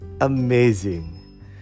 amazing